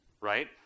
right